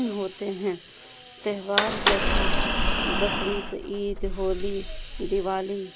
ہوتے ہیں تہوار جیسے بسنت عید ہولی دیوالی